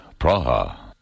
Praha